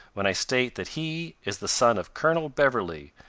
when i state that he is the son of colonel beverley,